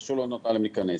פשוט לא נתנה להם להיכנס.